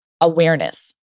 awareness